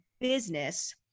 business